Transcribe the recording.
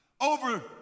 over